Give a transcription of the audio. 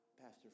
Pastor